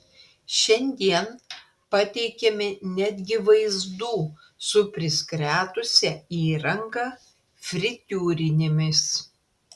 šiandien pateikėme netgi vaizdų su priskretusia įranga fritiūrinėmis